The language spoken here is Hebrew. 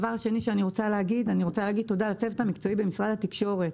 דבר שני שאני רוצה לומר זה תודה לצוות המקצועי במשרד התקשורת.